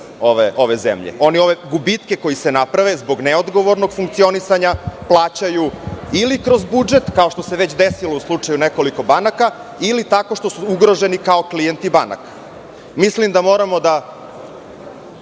ove zemlje. Oni ove gubitke koji se naprave zbog neodgovornog funkcionisanja plaćaju ili kroz budžet, kao što se već desilo u slučaju nekoliko banaka, ili tako što su ugroženi kao klijenti banaka. Mislim da moramo da